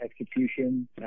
execution